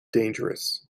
dangerous